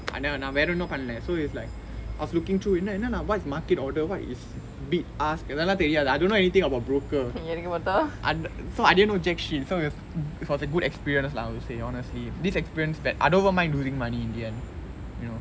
அதான் நா வேர ஒன்னும் பன்னல:athaan naa vera onnum pannala so it's like I was looking through என்ன என்ன:enna enna lah what is market order what is bid ask இதெல்லா தெரியாது:ithellaa theriyaathu I don't know anything about broker ah so I didn't know jack shit so it it was a good experience lah I would say honestly this experience that I don't even mind losing money in the end you know